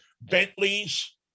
Bentleys